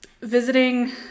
visiting